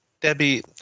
Debbie